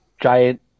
giant